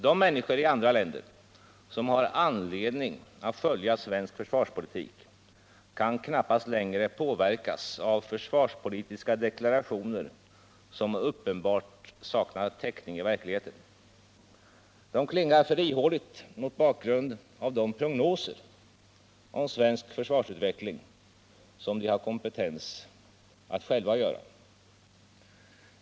De människor i andra länder som har anledning att följa svensk försvarspolitik kan knappast längre påverkas av försvarspolitiska deklarationer, som uppenbart saknar täckning i verkligheten. De klingar för ihåligt mot bakgrund av de prognoser om svensk försvarsutveckling som de har kompetens att själva göra.